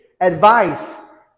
advice